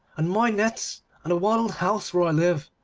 and my nets, and the wattled house where i live,